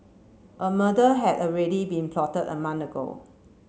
a murder had already been plotted a month ago